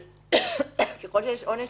עונש